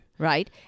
Right